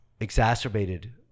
exacerbated